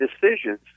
decisions